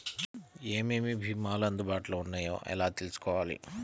ఏమేమి భీమాలు అందుబాటులో వున్నాయో ఎలా తెలుసుకోవాలి?